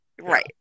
Right